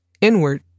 inward